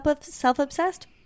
self-obsessed